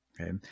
okay